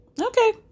Okay